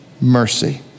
mercy